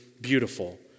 Beautiful